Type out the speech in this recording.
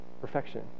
perfection